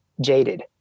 jaded